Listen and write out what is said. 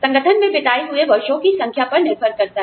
संगठन में बिताए हुए वर्षों की संख्या पर निर्भर करता है